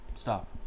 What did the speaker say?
Stop